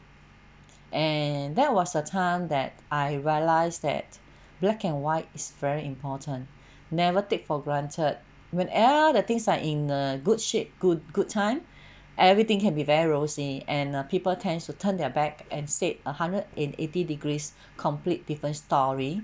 and that was the time that I realized that black and white is very important never take for granted when all the things are in a good shape good good time everything can be very rosy and uh people tends to turn their back and said a hundred and eighty degrees complete different story